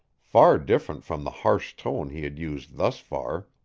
far different from the harsh tone he had used thus far.